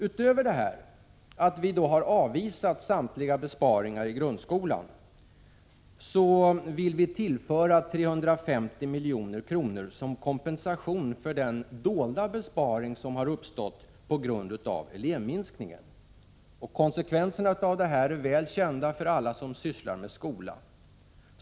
Utöver att vi har avvisat samtliga besparingar i grundskolan vill vi tillföra 350 milj.kr. som en kompensation för den dolda besparing som uppstått på grund av elevminskningen. Konsekvenserna är väl kända för alla som sysslar med skolan.